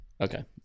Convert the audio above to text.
Okay